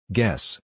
Guess